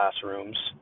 classrooms